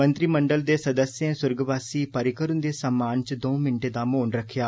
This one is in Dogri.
मंत्रिमंडल दे सदस्यें सुरगवासी परिकर हुंदे सम्मान च दौं मिंटें दा मौन रक्खेआ